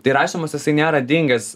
tai rašymas jisai nėra dingęs